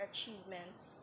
Achievements